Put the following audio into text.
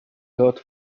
god